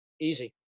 easy